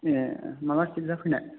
ए माला खेबजा फैनाय